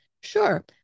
sure